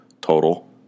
total